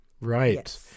Right